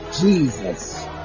Jesus